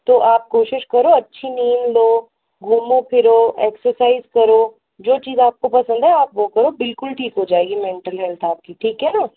तो आप कोशिश करो अच्छी नींद लो घूमो फिरो एक्सर्साइज करो जो चीज आपको पसंद है आप वो करो बिल्कुल ठीक हो जाएगी मेंटल हेल्थ आपकी ठीक है ना